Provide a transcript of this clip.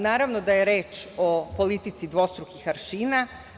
Naravno da je reč o politici dvostrukih aršina.